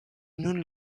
nun